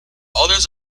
others